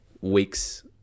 weeks